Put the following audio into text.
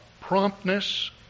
promptness